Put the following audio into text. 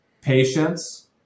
patience